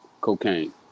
Cocaine